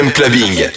Clubbing